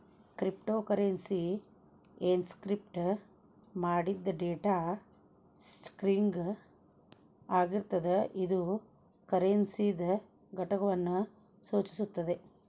cryptocurrency encrypt ಮಾಡಿದ್ data string ಆಗಿರ್ತದ ಇದು ಕರೆನ್ಸಿದ್ ಘಟಕವನ್ನು ಸೂಚಿಸುತ್ತದೆ